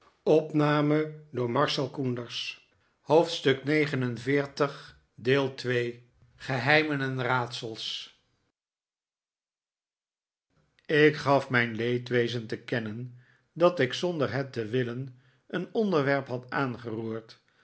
heeft gedreven ik gaf mijn leedwezen te kennen dat ik zonder het te willen een onderwerp had aangeroerd